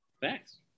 Thanks